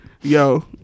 yo